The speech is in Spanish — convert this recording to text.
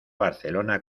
barcelona